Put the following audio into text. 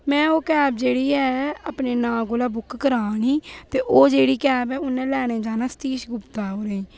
में ओह् कैब जेह्ड़ी ऐ ओह् अपने नांऽ कोला बुक करानी ते ओह् जेह्ड़ी कैब ऐ उ'नें लैने जाना सतीश गुप्ता होरें